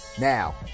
Now